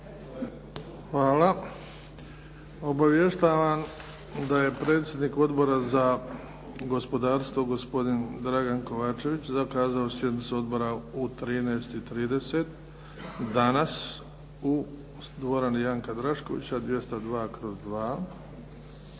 Hvala. Obavještavam da je predsjednik Odbora za gospodarstvo, gospodin Dragan Kovačević, zakazao sjednicu Odbora u 13,30 danas u dvorani Janka Draškovića, 202/II.